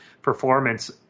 performance